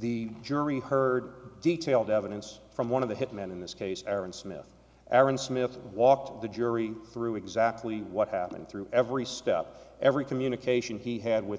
the jury heard detailed evidence from one of the hit men in this case aaron smith aaron smith walked the jury through exactly what happened through every step every communication he had with